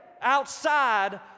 outside